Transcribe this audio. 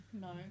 No